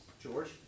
George